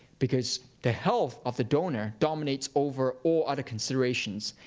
because the health of the donor dominates over all other considerations.